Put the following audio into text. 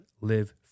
live